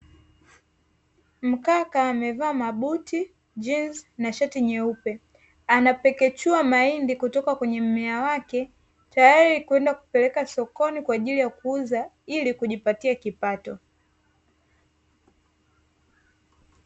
Mkaka amevaa mabuti, jinsi, na shati nyeupe, anapekechua mahindi kutoka kwenye mmea wake, tayari kwenda kupeleka sokoni kwaajili ya kuuza ili kujipatia kipato.